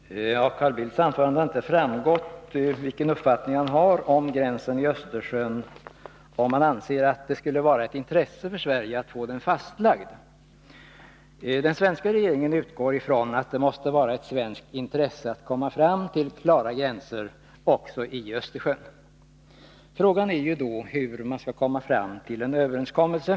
Herr talman! Av Carl Bildts anförande har inte framgått vilken uppfattning han har om gränsen i Östersjön och om han anser att det skulle vara ett intresse för Sverige att få den fastlagd. Den svenska regeringen utgår ifrån att det måste vara ett svenskt intresse att komma fram till klara gränser också i Östersjön. Frågan är då hur man skall komma fram till en överenskommelse.